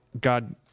God